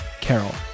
Carol